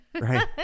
Right